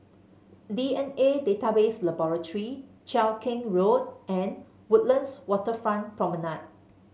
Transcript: D N A Database Laboratory Cheow Keng Road and Woodlands Waterfront Promenade